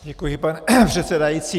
Děkuji, pane předsedající.